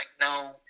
no